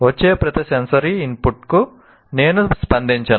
వచ్చే ప్రతి సెన్సరీ ఇన్పుట్కు నేను స్పందించను